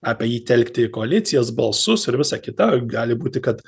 apie jį telkti koalicijas balsus ir visa kita gali būti kad